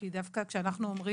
כי דווקא כשאנחנו אומרים